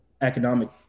economic